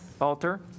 alter